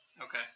Okay